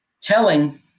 telling